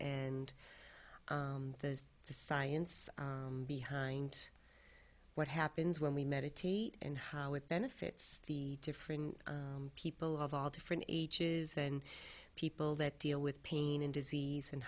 and the science behind what happens when we meditate and how it benefits the different people of all different ages and people that deal with pain and disease and